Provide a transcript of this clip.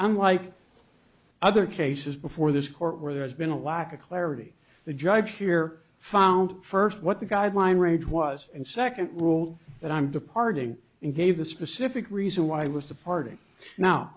unlike other cases before this court where there has been a lack of clarity the judge here found first what the guideline range was and second rule that i'm departing and gave a specific reason why i was the party now